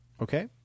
Okay